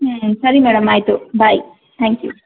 ಹ್ಞೂ ಸರಿ ಮೇಡಮ್ ಆಯಿತು ಬಾಯ್ ಥ್ಯಾಂಕ್ ಯೂ